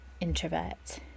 introvert